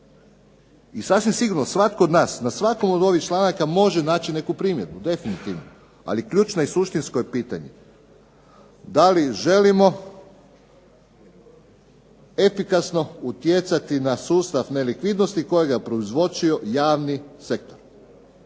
I sasvim sigurno, svatko od nas na svakom od ovih članaka može naći neku primjedbu definitivno, ali ključno i suštinsko je pitanje da li želimo efikasno utjecati na sustav nelikvidnosti kojega je prouzročio javni sektor.